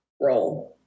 role